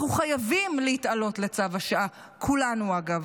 אנחנו חייבים להתעלות לגודל השעה, כולנו, אגב,